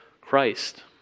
Christ